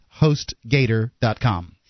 HostGator.com